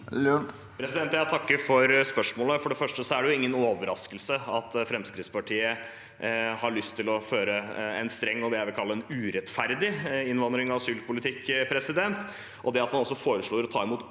Jeg takker for spørsmålet. For det første er det ingen overraskelse at Fremskrittspartiet har lyst til å føre en streng og det jeg vil kalle en urettferdig innvandrings- og asylpolitikk. Det at man foreslår å ta imot